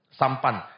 sampan